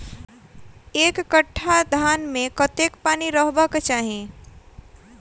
एक कट्ठा धान मे कत्ते पानि रहबाक चाहि?